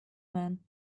man